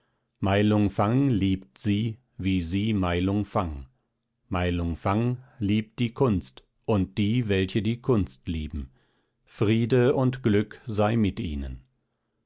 mai lung fang liebt sie wie sie mai lung fang mai lung fang liebt die kunst und die welche die kunst lieben friede und glück sei mit ihnen